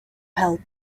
help